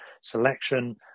selection